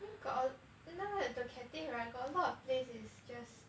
I mean got al~ now that the Cathay right got a lot place is just